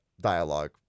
dialogue